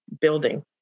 building